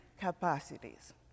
capacities